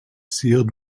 sealed